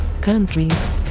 countries